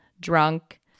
drunk